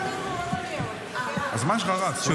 הזמן שלך רץ.